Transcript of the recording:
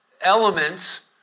elements